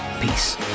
Peace